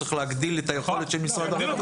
צריך להגדיל את היכולת של משרד הרווחה.